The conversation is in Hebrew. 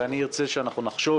ואני ארצה שאנחנו נחשוב